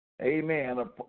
Amen